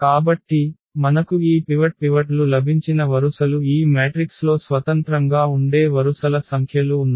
కాబట్టి మనకు ఈ పివట్లు లభించిన వరుసలు ఈ మ్యాట్రిక్స్లో స్వతంత్రంగా ఉండే వరుసల సంఖ్యలు ఉన్నాయి